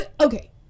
okay